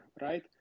right